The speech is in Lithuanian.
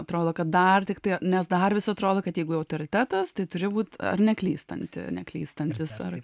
atrodo kad dar tiktai nes dar vis atrodo kad jeigu autoritetas tai turi būt neklystanti neklystantis ar